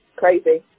crazy